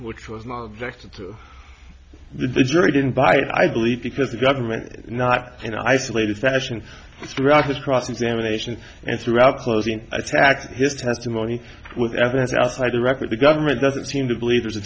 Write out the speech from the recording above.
which was not objected to the jury didn't buy it i believe because the government not an isolated fashion throughout the cross examination and throughout closing attacked his testimony with evidence outside the record the government doesn't seem to believe there's a